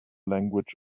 language